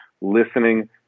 listening